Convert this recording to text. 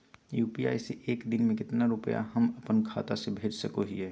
UPI से एक दिन में कितना रुपैया हम अपन खाता से भेज सको हियय?